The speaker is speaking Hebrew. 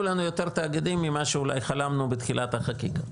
לנו יותר תאגידים ממה שאולי חלמנו בתחילת החקיקה.